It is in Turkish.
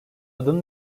adım